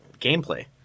gameplay